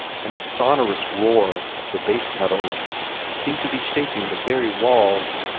and the sonorous roar of the bass-pedals seemed to be shaking the very walls.